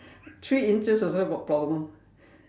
three inches also got problem